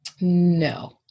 No